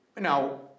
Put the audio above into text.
Now